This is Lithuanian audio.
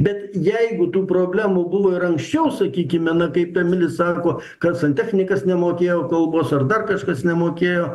bet jeigu tų problemų buvo ir anksčiau sakykime na kaip emilis sako kad santechnikas nemokėjo kalbos ar dar kažkas nemokėjo